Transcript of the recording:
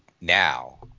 now